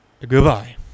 Goodbye